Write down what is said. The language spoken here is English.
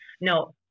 No